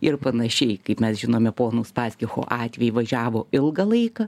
ir panašiai kaip mes žinome pono uspaskicho atvejį važiavo ilgą laiką